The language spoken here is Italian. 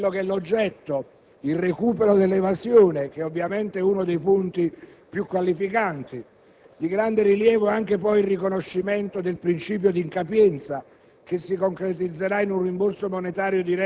Noi apprezziamo l'oggetto di questo decreto: il recupero dell'evasione, che ovviamente è uno dei punti più qualificanti. Di grande rilievo è anche il riconoscimento del principio di incapienza,